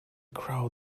crow